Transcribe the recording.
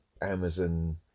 Amazon